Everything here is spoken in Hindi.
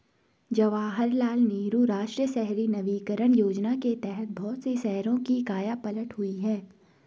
जवाहरलाल नेहरू राष्ट्रीय शहरी नवीकरण योजना के तहत बहुत से शहरों की काया पलट हुई है